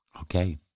Okay